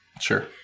Sure